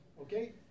okay